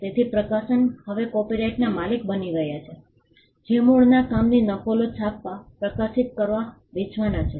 તેથી પ્રકાશક હવે કોપિરાઇટના માલિક બની ગયા છે જે મૂળ કામની નકલો છાપવા પ્રકાશિત કરવા વેચવાના છે